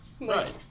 Right